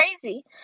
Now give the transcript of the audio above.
crazy